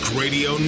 radio